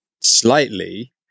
slightly